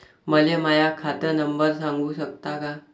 मले माह्या खात नंबर सांगु सकता का?